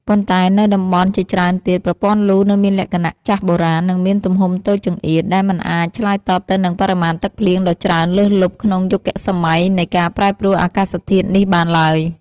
ប៉ុន្តែនៅតំបន់ជាច្រើនទៀត ប្រព័ន្ធលូនៅមានលក្ខណៈចាស់បុរាណ និងមានទំហំតូចចង្អៀត ដែលមិនអាចឆ្លើយតបទៅនឹងបរិមាណទឹកភ្លៀងដ៏ច្រើនលើសលប់ក្នុងយុគសម័យនៃការប្រែប្រួលអាកាសធាតុនេះបានឡើយ។